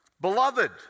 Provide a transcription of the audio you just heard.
Beloved